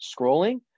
scrolling